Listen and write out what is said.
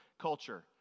culture